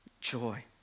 joy